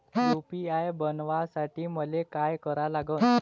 UPI बनवासाठी मले काय करा लागन?